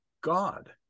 God